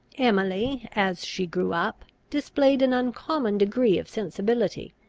emily, as she grew up, displayed an uncommon degree of sensibility,